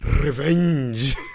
revenge